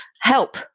Help